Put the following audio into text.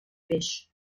peix